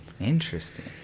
Interesting